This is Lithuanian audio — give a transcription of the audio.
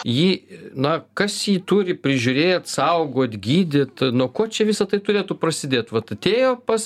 jį na kas jį turi prižiūrėt saugot gydyt nuo ko čia visa tai turėtų prasidėt vat atėjo pas